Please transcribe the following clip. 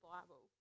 Bible